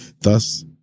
thus